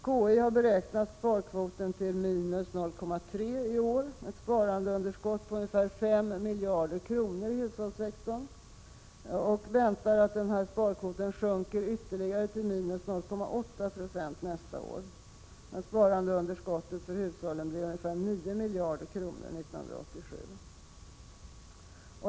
KI har beräknat sparkvoten till 0,3 2 i år, ett sparandeunderskott på ungefär 5 miljarder kronor i hushållssektorn, och väntar att sparkvoten sjunker ytterligare till 0,8 20 nästa år, då hushållens sparandeunderskott blir 85 ungefär 9 miljarder kronor.